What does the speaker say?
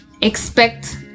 expect